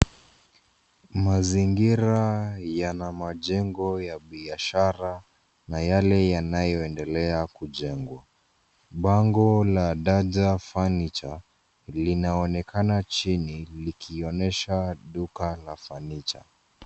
Mazingira yana majengo ya biashara na yale yanayoendelea kujengwa. Bango la Daja Furniture linaonekana chini likionyesha duka la fanicha.